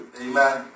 Amen